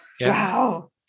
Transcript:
Wow